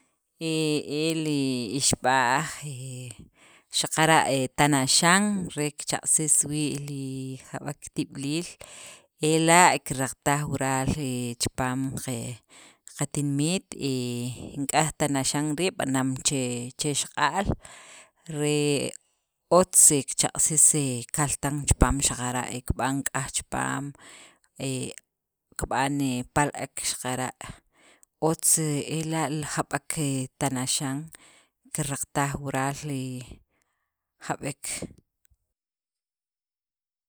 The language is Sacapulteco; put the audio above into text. He e li ixb'a'j, he xaqara' tanaxan re kichaq'ajsis wii' li jab'ek tib'iliil ela' kiraqtaj wural he chipaam qe qatinimit, y k'aj tanaxan rii' b'anam che xaq'a'l re otz he kichaq'ajsis kaltan chipaam, xaqara' kib'an k'aj chipaam, he kib'an pal- ek xaqara' otz, ela' li jab'ek he tanaxan kiraqtaj wural jab'ek.